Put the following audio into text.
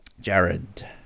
Jared